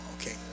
okay